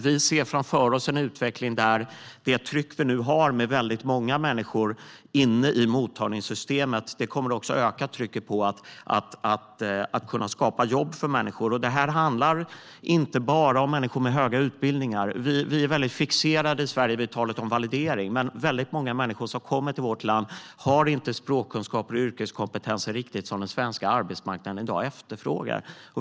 Vi ser framför oss en utveckling där det tryck vi nu har med väldigt många människor i mottagningssystemet också kommer att öka trycket på jobbskapandet. Det här handlar inte bara om högutbildade människor. Vi är i Sverige väldigt fixerade vid talet om validering. Men väldigt många människor som kommer till vårt land har inte riktigt de språkkunskaper och den yrkeskompetens som den svenska arbetsmarknaden i dag efterfrågar.